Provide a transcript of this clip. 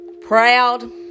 proud